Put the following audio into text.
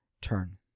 turn